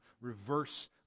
reverse